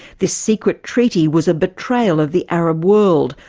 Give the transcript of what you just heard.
this secret treaty was a betrayal of the arab world,